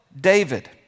David